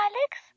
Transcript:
Alex